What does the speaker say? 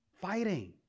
fighting